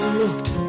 looked